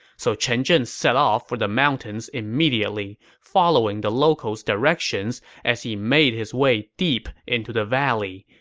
so chen zhen set off for the mountains immediately, following the locals' directions as he made his way deep into the valley,